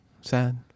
sad